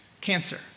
Cancer